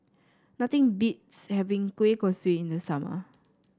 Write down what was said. nothing beats having Kueh Kosui in the summer